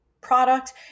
product